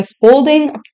withholding